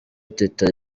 teta